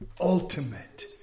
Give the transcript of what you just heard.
Ultimate